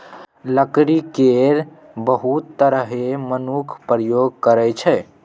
लकड़ी केर बहुत तरहें मनुख प्रयोग करै छै